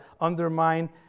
undermine